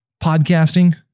podcasting